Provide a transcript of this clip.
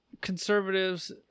conservatives